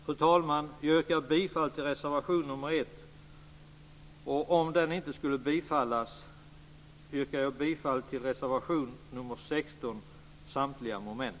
Fru talman! Jag yrkar bifall till reservation nr 1. Om den inte skulle bifallas yrkar jag bifall till reservation nr 16 under samtliga moment.